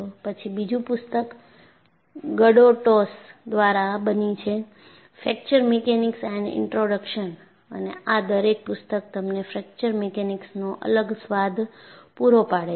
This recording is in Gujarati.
પછી બીજું પુસ્તક ગડોટોસ દ્વારા બની છે "ફ્રેક્ચર મિકેનિક્સ એન ઈન્ટ્રોડક્શન" અને આ દરેક પુસ્તક તમને ફ્રેક્ચર મિકેનિક્સનો અલગ સ્વાદ પૂરો પાડે છે